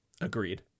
Agreed